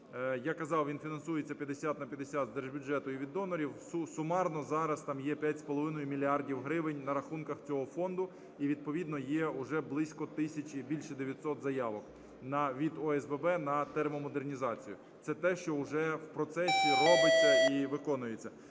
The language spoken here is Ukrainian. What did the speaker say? Я казав, він фінансується 50 на 50 з держбюджету і від донорів. Сумарно зараз там є 5,5 мільярда гривень на рахунках цього фонду, і відповідно є уже близько тисячі, більше 900 заявок від ОСББ на термомодернізацію. Це те, що уже в процесі робиться і виконується.